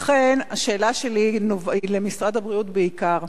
לכן, השאלה שלי היא למשרד הבריאות, בעיקר: